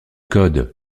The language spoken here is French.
code